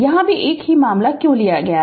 यहां भी एक ही मामला क्यों लिया गया है